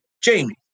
Jamie